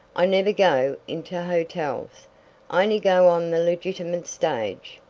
i never go into hotels i only go on the legitimate stage.